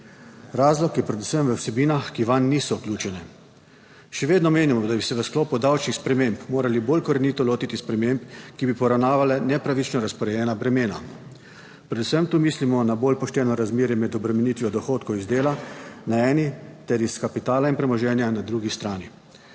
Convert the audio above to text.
Razlog je predvsem v vsebinah, ki vanj niso vključene. Še vedno menimo, da bi se v sklopu davčnih sprememb morali bolj korenito lotiti sprememb, ki bi poravnavale nepravično razporejena bremena. Predvsem tu mislimo na bolj pošteno razmerje med obremenitvijo dohodkov iz dela na eni ter iz kapitala in premoženja na drugi strani.